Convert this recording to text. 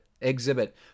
exhibit